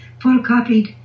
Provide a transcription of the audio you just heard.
photocopied